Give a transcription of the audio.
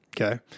okay